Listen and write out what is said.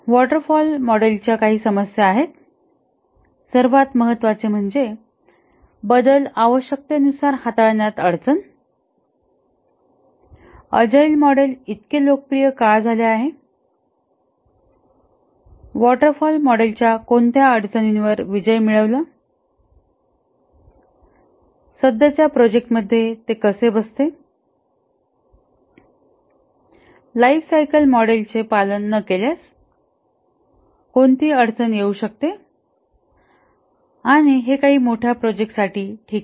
water model च्या काही समस्या सर्वात महत्त्वाचे म्हणजे बदल आवश्यकतेनुसार हाताळण्यात अडचण अजाईल मॉडेल इतके लोकप्रिय का झाले आहेवॉटर फॉल मॉडेलच्या कोणत्या अडचणींवर विजय मिळविला सध्याच्या प्रोजेक्ट मध्ये ते कसे बसते लाइफ सायकल मॉडेलचे पालन न केल्यास कोणती अडचण येऊ शकते आणि हे काही मोठ्या प्रोजेक्ट साठी ठीक आहे